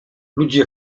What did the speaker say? ludzie